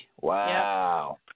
Wow